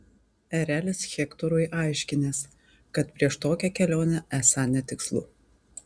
erelis hektorui aiškinęs kad prieš tokią kelionę esą netikslu